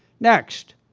next,